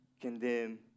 condemn